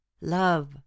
love